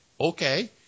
okay